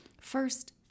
First